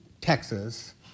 Texas